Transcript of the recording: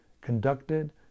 conducted